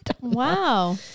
Wow